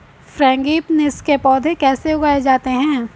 Frangipanis के पौधे कैसे उगाए जाते हैं?